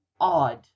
odd